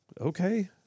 Okay